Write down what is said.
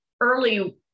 early